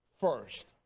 first